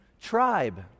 tribe